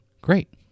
Great